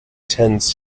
tends